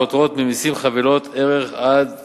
הפוטרות ממסים חבילות עד לערך של